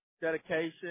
dedication